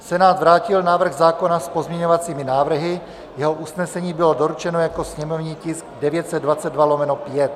Senát vrátil návrh zákona s pozměňovacími návrhy, jeho usnesení bylo doručeno jako sněmovní tisk 922/5.